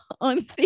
on